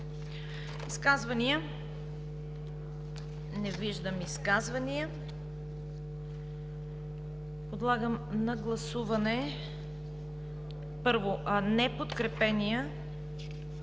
Изказвания? Не виждам изказвания. Подлагам на гласуване подкрепените